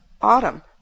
autumn